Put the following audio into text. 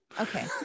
okay